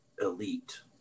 elite